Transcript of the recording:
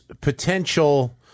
potential